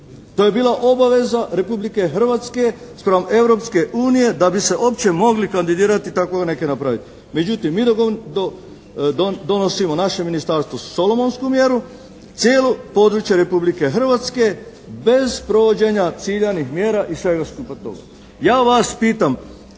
To je bila obaveza Republike Hrvatske spram Europske unije da bi se uopće mogli kandidirati i takovo nekaj napraviti. Međutim, mi dok donosimo naše ministarstvo solomunsku mjeru cijelo područje Republike Hrvatske bez provođenja ciljanih mjera i svega skupa toga.